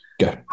Go